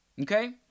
Okay